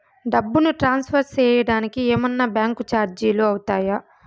డబ్బును ట్రాన్స్ఫర్ సేయడానికి ఏమన్నా బ్యాంకు చార్జీలు అవుతాయా?